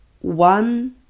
one